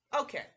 Okay